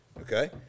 okay